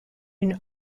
une